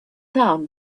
down